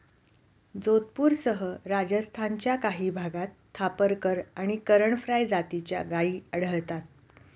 जोधपूरसह राजस्थानच्या काही भागात थापरकर आणि करण फ्राय जातीच्या गायी आढळतात